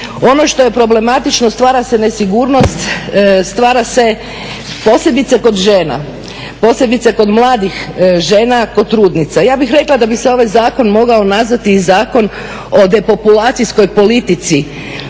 Ono što je problematično, stvara se nesigurnost, stvara se, posebice kod žena, posebice kod mladih žena, kod trudnica. Ja bih rekla da bi se ovaj zakon mogao nazvati i zakon o depopulacijskoj politici